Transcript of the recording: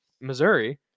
Missouri